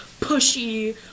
pushy